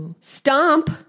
Stomp